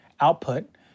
output